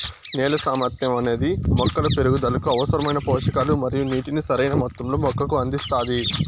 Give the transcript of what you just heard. నేల సామర్థ్యం అనేది మొక్కల పెరుగుదలకు అవసరమైన పోషకాలు మరియు నీటిని సరైణ మొత్తంలో మొక్కకు అందిస్తాది